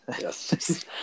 Yes